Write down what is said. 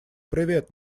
привет